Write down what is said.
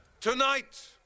tonight